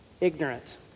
ignorant